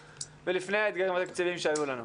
ולפני האתגרים התקציביים שהיו לנו?